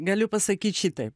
galiu pasakyt šitaip